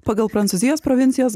pagal prancūzijos provincijos